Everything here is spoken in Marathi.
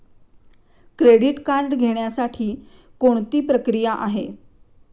क्रेडिट कार्ड घेण्यासाठी कोणती प्रक्रिया आहे?